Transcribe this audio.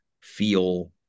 feel